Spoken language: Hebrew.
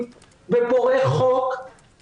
חוף ים במהלך סוף השבוע";